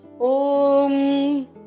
Om